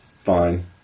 fine